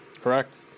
Correct